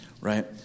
right